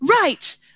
right